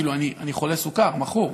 כאילו, אני חולה סוכר, מכור.